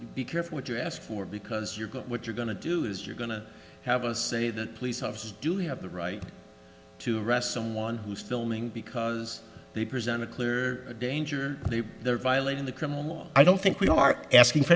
be careful what you ask for because you got what you're going to do is you're going to have a say the police officers do have the right to arrest someone who's filming because they present a clear danger they're violating the criminal law i don't think we are asking for